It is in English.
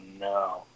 no